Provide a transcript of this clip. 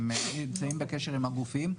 הם נמצאים בקשר עם הגופים.